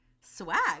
swag